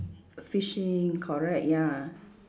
fishing correct ya